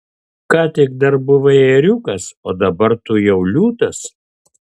ką tik dar buvai ėriukas o dabar tu jau liūtas